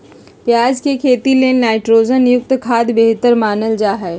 प्याज के खेती ले नाइट्रोजन युक्त खाद्य बेहतर मानल जा हय